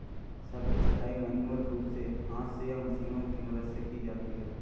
सब्जी छँटाई मैन्युअल रूप से हाथ से या मशीनों की मदद से की जाती है